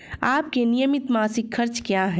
आपके नियमित मासिक खर्च क्या हैं?